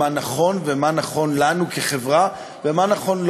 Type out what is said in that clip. מה נכון ומה נכון לנו כחברה ומה נכון לו.